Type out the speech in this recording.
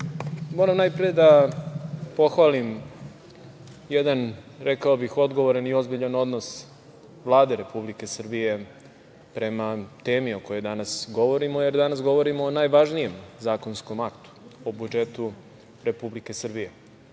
Moram najpre da pohvalim jedan, rekao bih, odgovoran i ozbiljan odnos Vlade Republike Srbije prema temi o kojoj danas govorimo, jer danas govorimo o najvažnijem zakonskom aktu, o budžetu Republike Srbije. Budžet